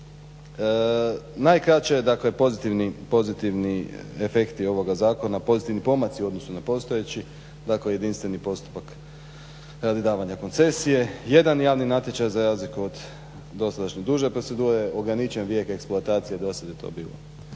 Najkraće pozitivni efekti ovoga zakona, pozitivni pomaci u odnosu na postojeći dakle jedinstveni postupak radi davanja koncesije, jedan javni natječaj za razliku od dosadašnje duže procedure, ograničen vijek eksploatacije, do sad je to bilo